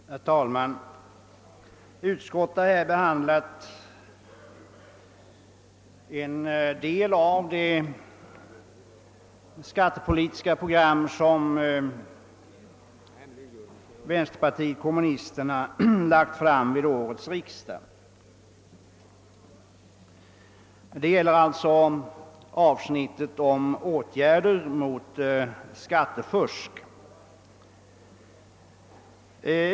Herr talman! Utskottet har här behandlat en del av det skattepolitiska program som vänsterpartiet kommunisterna lagt fram vid årets riksdag. Det gäller avsnittet om åtgärder mot skattefusk.